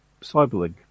cyberlink